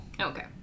Okay